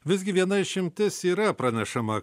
visgi viena išimtis yra pranešama